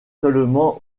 seulement